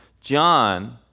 John